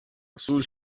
sul